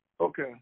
Okay